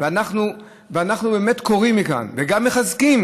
אנחנו באמת קוראים מכאן, וגם מחזקים